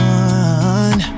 one